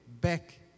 back